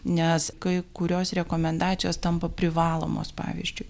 nes kai kurios rekomendacijos tampa privalomos pavyzdžiui